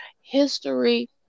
history